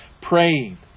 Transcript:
Praying